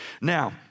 Now